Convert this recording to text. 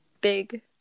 Big